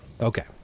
Okay